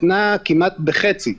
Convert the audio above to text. קטנה כמעט בחצי.